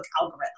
algorithm